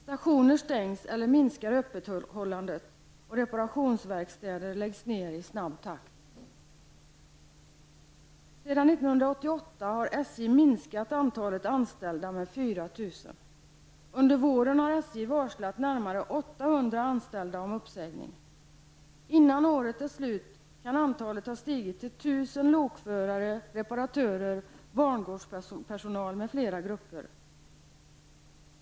Stationer stängs eller minskar öppethållandet, och reparationsverkstäder läggs ned i snabb takt. anställda om uppsägning. Innan året är slut kan antalet ha stigit till 1 000 lokförare, reparatörer, bangårdspersonal m.fl. grupper.